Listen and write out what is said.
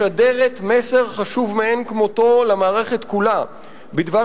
משדרת מסר חשוב מאין כמותו למערכת כולה בדבר